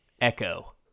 echo